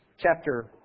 chapter